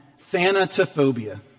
Thanatophobia